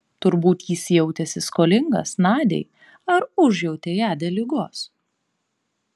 turbūt jis jautėsi skolingas nadiai ar užjautė ją dėl ligos